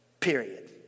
Period